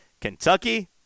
Kentucky